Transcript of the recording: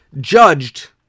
judged